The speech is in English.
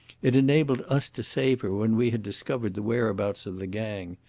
it enabled us to save her when we had discovered the whereabouts of the gang.